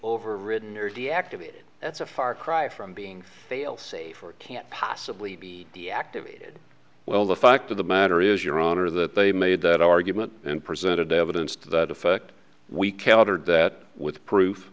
overridden nerdy activity that's a far cry from being failsafe or it can't possibly be deactivated well the fact of the matter is your honor that they made that argument and presented the evidence to that effect we countered that with proof